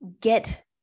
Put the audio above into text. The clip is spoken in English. get